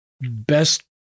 best